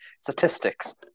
statistics